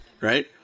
Right